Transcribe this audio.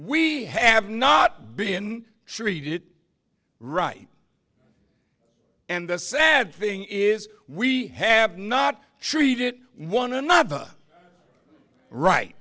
we have not been treated right and the sad thing is we have not treated one another right